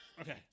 Okay